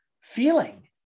feeling